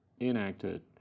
enacted